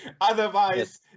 otherwise